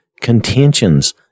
contentions